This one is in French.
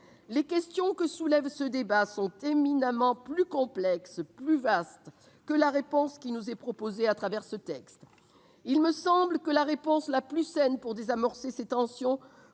Les questions soulevées par ce débat sont éminemment plus complexes, plus vastes, que la réponse qui nous est proposée à travers ce texte. Il me semble que la réponse la plus saine pour désamorcer ces tensions